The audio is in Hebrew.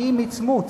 היא מצמוץ,